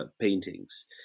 paintings